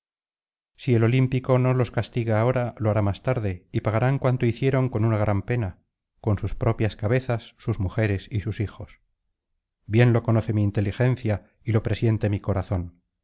si el olímpico no los castiga ahora lo hará más tarde y pagarán cuanto hicieron con una gran pena con sus propias cabezas sus mujeres y sus hijos bien lo conoce mi inteligencia y lo presiente mi corazón